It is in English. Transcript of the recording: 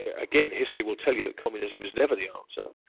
ah again, history will tell you communism is never the answer,